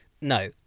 No